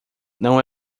não